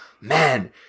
man